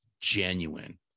genuine